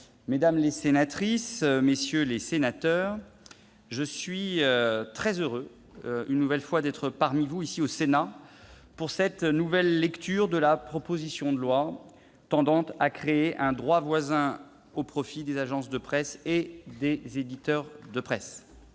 mesdames, messieurs les sénateurs, je suis très heureux d'être parmi vous pour cette nouvelle lecture de la proposition de loi tendant à créer un droit voisin au profit des agences de presse et des éditeurs de presse